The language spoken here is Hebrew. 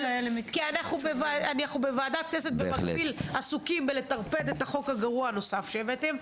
כי אנחנו בוועדת כנסת במקביל עסוקים בלטרפד את החוק הגרוע הנוסף שהבאתם.